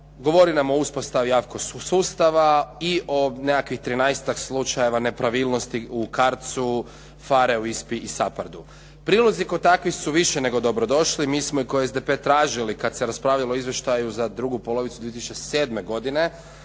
/Govornik se ne razumije./ … sustava i o nekakvih 13 slučajeva nepravilnosti u CARDS-u, PHARE-u, ISPA-i i SAPARD-u. Prilozi kod takvih su više nego dobro došli. Mi smo kao i SDP tražili kada se raspravljalo o izvještaju za drugu polovicu 2007. godine,